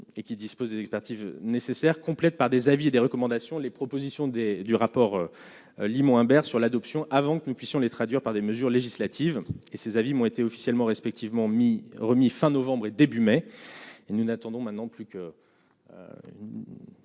et qui disposent de l'expertise nécessaire complète par des avis et des recommandations, les propositions des du rapport Limoux Imbert sur l'adoption avant que nous puissions les traduire par des mesures législatives et ses avis m'ont été officiellement respectivement mis remis fin novembre et début mai et nous n'attendons maintenant plus que.